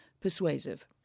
persuasive